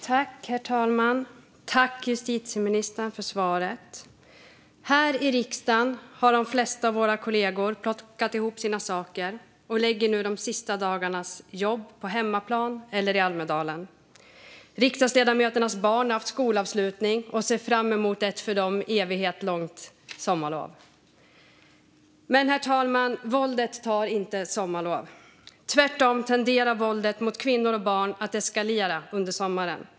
Herr talman! Tack för svaret, justitieministern! Här i riksdagen har de flesta av våra kollegor plockat ihop sina saker och lägger nu de sista dagarnas jobb på hemmaplan eller i Almedalen. Riksdagsledamöternas barn har haft skolavslutning och ser fram emot ett för dem evighetslångt sommarlov. Men, herr talman, våldet tar inte sommarlov. Tvärtom tenderar våldet mot kvinnor och barn att eskalera under sommaren.